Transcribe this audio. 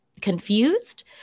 confused